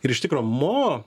ir iš tikro mo